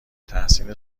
تحسین